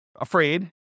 afraid